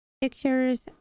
pictures